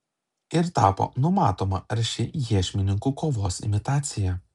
ir tapo numatoma arši iešmininkų kovos imitacija